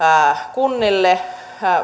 kunnille